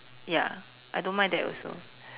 ya I don't mind that also